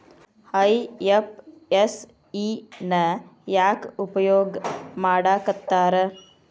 IFSC ನ ಯಾಕ್ ಉಪಯೊಗ್ ಮಾಡಾಕತ್ತಾರ?